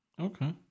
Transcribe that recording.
okay